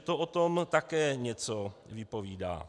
To o tom také něco vypovídá.